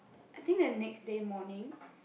I think the next day morning